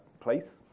place